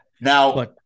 Now